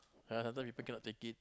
other people cannot take it